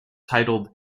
titled